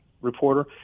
reporter